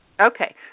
Okay